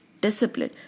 discipline